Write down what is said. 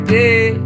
day